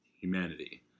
humanity